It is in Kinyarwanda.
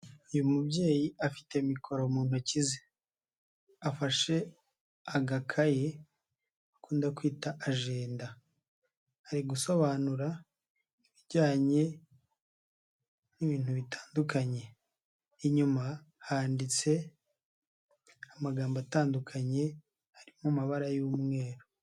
Uyu mubyeyi afite mikoro mu ntoki ze. Afashe agakayi bakunda kwita ajenda. Ari gusobanura ibijyanye n'ibintu bitandukanye. Inyuma handitse amagambo atandukanye ari mu mabara y'umweru.